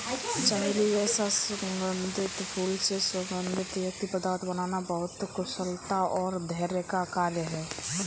चमेली जैसे सुगंधित फूलों से सुगंध युक्त पदार्थ बनाना बहुत कुशलता और धैर्य का कार्य है